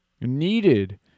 needed